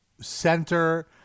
center